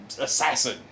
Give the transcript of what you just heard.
assassin